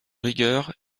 rigueur